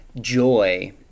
joy